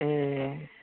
ए